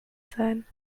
sein